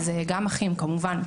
אז גם אחים כמובן.